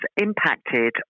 impacted